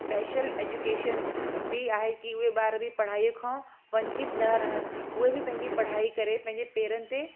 special education बि आहे कि उहे ॿार बि पढ़ाईअ खां वंचित न रहनि उहे बि पंहिंजी पढ़ाई करे पंहिंजे पेरनि ते